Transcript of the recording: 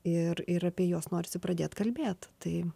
ir ir apie juos norisi pradėt kalbėt tai